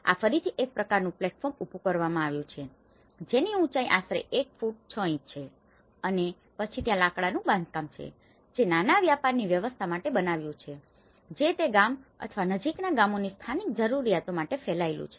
આ ફરીથી એક પ્રકારનું પ્લેટફોર્મ ઉભું કરવામાં આવ્યું છે જેની ઉચાઇ આશરે 1 ફૂટ 6 ઇંચ છે અને પછી ત્યાં લાકડાનું બાંધકામ છે જે નાના વ્યાપારની વ્યવસ્થા માટે બનાવવામાં આવ્યું છે જે તે ગામ અથવા નજીકના ગામોની સ્થાનિક જરૂરિયાતો માટે ફેલાયેલું છે